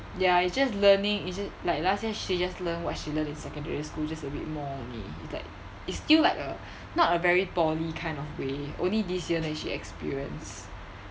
ya is just learning is it like last year she just learn what she learn in secondary school just a bit more only like is still like a not a very poly kind of way only this year then she experience